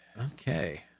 Okay